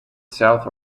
south